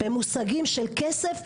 במושגים של כסף,